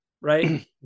Right